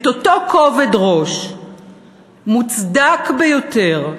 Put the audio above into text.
את אותו כובד ראש מוצדק ביותר,